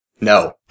No